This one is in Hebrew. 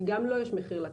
כי גם לו יש מחיר לכסף.